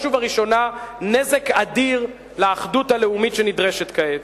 ובראשונה נזק אדיר לאחדות הלאומית שנדרשת כעת.